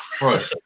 right